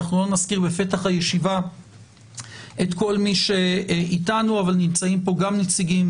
אנחנו לא נזכיר בפתח הישיבה את כל מי שאיתנו אבל נמצאים פה גם נציגים